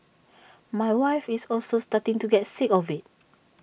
my wife is also starting to get sick of IT